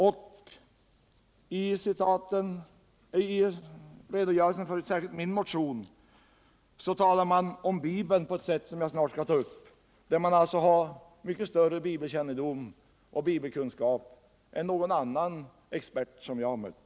Särskilt i redogörelsen för min motion talas det om Bibeln på ett sätt som jag snart skall ta upp, där man anser sig ha betydligt större bibelkännedom och bibelkunskap än någon annan expert som jag har mött.